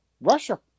russia